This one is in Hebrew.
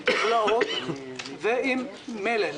עם מספרים ועם מלל.